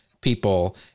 people